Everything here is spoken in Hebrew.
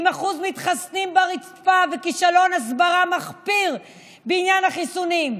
עם אחוז מתחסנים ברצפה וכישלון הסברה מחפיר בעניין החיסונים,